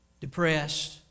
depressed